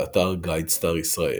באתר "גיידסטאר ישראל"